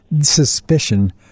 suspicion